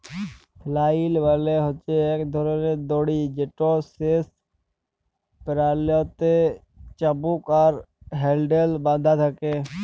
flail মালে হছে ইক ধরলের দড়ি যেটর শেষ প্যারালতে চাবুক আর হ্যাল্ডেল বাঁধা থ্যাকে